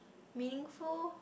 meaningful